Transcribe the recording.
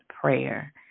prayer